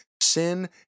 sin